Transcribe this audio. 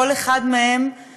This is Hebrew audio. כל אחד מהם, משפחה,